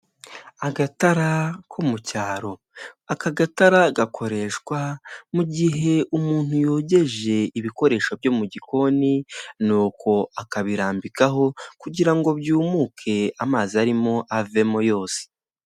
Agatara ko mu cyaro, aka gatara gakoreshwa mu gihe umuntu yogeje ibikoresho byo mu gikoni nuko akabirambikaho kugira ngo byumuke amazi arimo avemo yose.